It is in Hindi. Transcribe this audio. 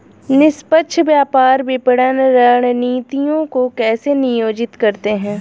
निष्पक्ष व्यापार विपणन रणनीतियों को कैसे नियोजित करते हैं?